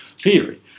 theory